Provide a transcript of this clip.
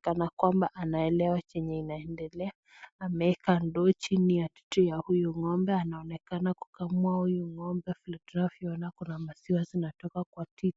kana kwamba anaelewa chenye inaendelea, ameweka ndoo hapo chini ya huyu ngombe, anaonkekana anakamua huyu ng'ombe, alafu pia tunaona kuna maziwa zinaoka kwa titi.